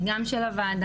גם של הוועדה,